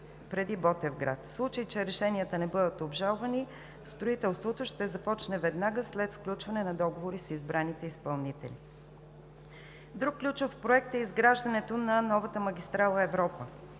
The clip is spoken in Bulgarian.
преди Ботевград. В случай че решенията не бъдат обжалвани, строителството ще започне веднага след сключване на договори с избраните изпълнители. Друг ключов проект е изграждането на новата магистрала „Европа“.